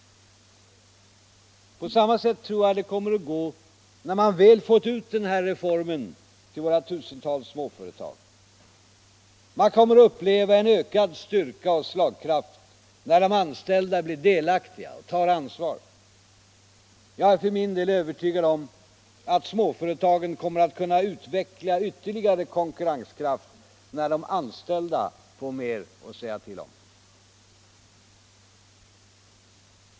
På samma sätt tror jag att det kommer att gå när man väl fått ut den här reformen till våra tusentals småföretag. Man kommer att uppleva en ökad styrka och slagkraft, när de anställda blir delaktiga och tar ansvar. Jag är för min del övertygad om att småföretagen kommer att kunna utveckla ytterligare konkurrenskraft när de anställda får mer att säga till om.